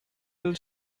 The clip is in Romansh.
dil